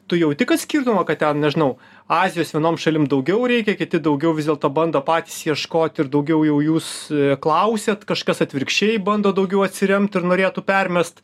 tu jauti kad skirtumo ką ten nežinau azijos vienom šalim daugiau reikia kiti daugiau vis dėlto bando patys ieškoti ir daugiau jau jūs klausiat kažkas atvirkščiai bando daugiau atsiremt ir norėtų permest